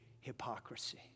hypocrisy